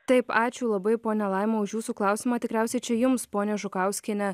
taip ačiū labai ponia laima už jūsų klausimą tikriausiai čia jums ponia žukauskiene